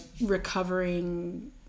recovering